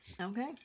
Okay